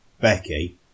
Becky